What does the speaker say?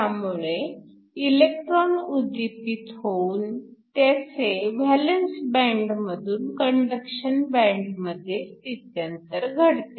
त्यामुळे इलेकट्रॉन उद्दीपित होऊन त्याचे व्हॅलंस बँड मधून कंडक्शन बँड मध्ये स्थित्यंतर घडते